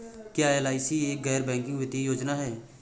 क्या एल.आई.सी एक गैर बैंकिंग वित्तीय योजना है?